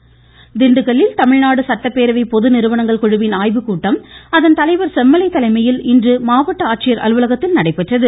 செம்மலை திண்டுக்கல்லில் தமிழ்நாடு சட்டப்பேரவை பொது நிறுவனங்கள் குழுவின் ஆய்வுக்கூட்டம் இதன் தலைவர் செம்மலை தலைமையில் இன்று மாவட்ட ஆட்சியர் அலுவலகத்தில் நடைபெற்றது